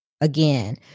again